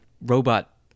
robot